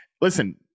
Listen